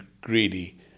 greedy